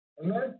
Amen